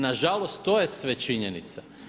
Nažalost, to je sve činjenica.